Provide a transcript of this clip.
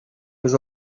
was